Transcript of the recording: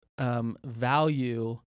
Value